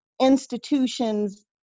institutions